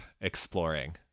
exploring